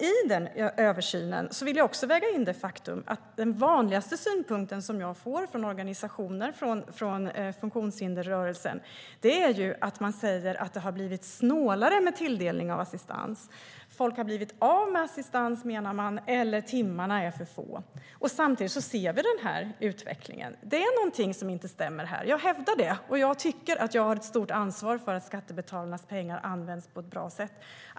I den översynen vill jag också väga in det faktum att den vanligaste synpunkt som jag får från funktionshindersrörelsen är att det har blivit snålare med tilldelning av assistans. Folk har blivit av med assistans, menar man, eller också är timmarna för få. Samtidigt ser vi den här kostnadsutvecklingen. Det är något som inte stämmer här - jag hävdar det. Och jag tycker att jag har ett stort ansvar för att skattebetalarnas pengar används på ett bra sätt.